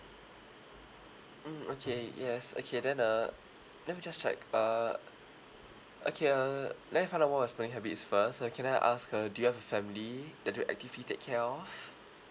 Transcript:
mm okay yes okay then uh let me just check uh okay uh spending habits first so can I ask uh do you have a family that you actively take care of